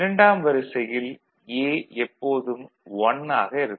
இரண்டாம் வரிசையில் A எப்போதும் 1 ஆக இருக்கும்